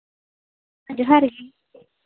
ᱡᱚᱦᱟᱨ ᱜᱮ